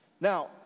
Now